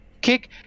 Kick